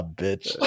bitch